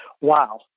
wow